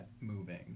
moving